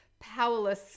powerless